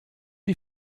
die